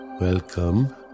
Welcome